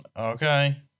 Okay